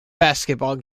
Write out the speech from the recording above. basketball